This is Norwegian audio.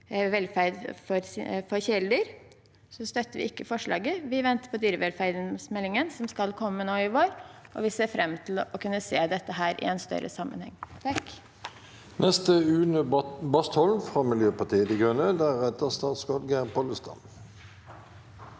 velferd for kjæledyr, støtter vi ikke dette forslaget. Vi venter på dyrevelferdsmeldingen, som skal komme nå i vår, og vi ser fram til å kunne se dette i en større sammenheng. Une